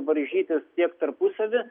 varžytis tiek tarpusavyje